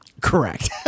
Correct